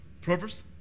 Proverbs